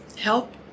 help